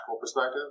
perspective